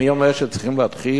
מי אמר שצריך להתחיל